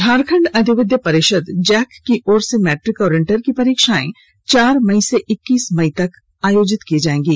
झारखंड अधिविद्य परिषद जैक की ओर से मैट्रिक और इंटर की परीक्षाएं चार मई से इक्कीस मई तक आयोजित की जाएंगी